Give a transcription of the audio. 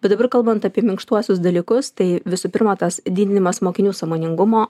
bet dabar kalbant apie minkštuosius dalykus tai visų pirma tas didinimas mokinių sąmoningumo